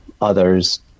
others